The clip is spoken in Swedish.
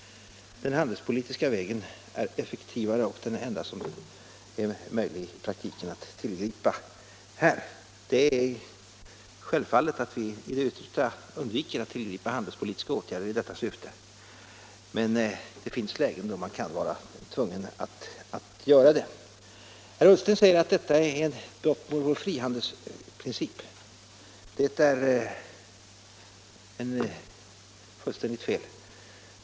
Den handelspolitiska vägen är effektivare och den enda som i praktiken är möjlig att tillgripa. Självfallet undviker vi i det längsta att tillgripa handelspolitiska åtgärder i detta syfte, men det finns situationer då man kan vara tvungen att göra det. Herr Ullsten säger att detta är ett brott mot vår frihandelsprincip. Det är fullständigt fel.